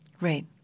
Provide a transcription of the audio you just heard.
Right